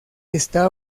está